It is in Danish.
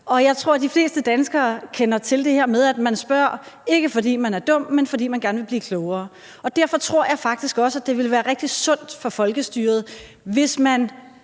Og jeg tror, at de fleste danskere kender til det her med, at man spørger, ikke fordi man er dum, men fordi man gerne vil blive klogere. Derfor tror jeg faktisk også, at det ville være rigtig sundt for folkestyret, hvis man